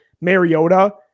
Mariota